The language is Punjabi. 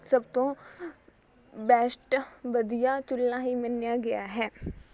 ਸਭ ਤੋਂ ਬੈਸਟ ਵਧੀਆ ਚੁੱਲ੍ਹਾ ਹੀ ਮੰਨਿਆ ਗਿਆ ਹੈ